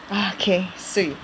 ah okay swee